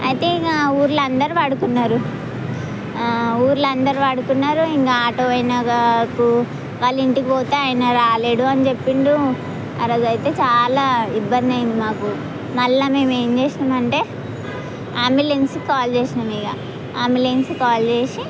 అయితే ఇంకా ఊళ్ళో అందరు పడుకున్నారు ఊళ్ళో అందరు పడుకున్నారు ఇంకా ఆటో ఆయన గాకు వాళ్ళ ఇంటికి పోతే ఆయన రాలేడు అని చెప్పిండు ఆరోజు అయితే చాలా ఇబ్బంది అయింది మాకు మళ్ళా మేం ఏం చేసినాం అంటే అంబులెన్స్కి కాల్ చేసినాం ఇక అంబులెన్స్కి కాల్ చేసి